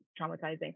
traumatizing